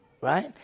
right